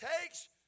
takes